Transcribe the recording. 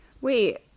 Wait